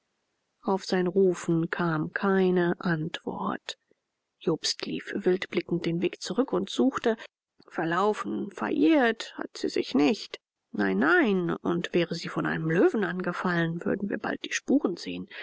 auf sein rufen kam keine antwort jobst lief wildblickend den weg zurück und suchte verlaufen verirrt hat sie sich nicht nein nein und wäre sie von einem löwen angefallen würden wir bald die spuren sehen